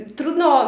trudno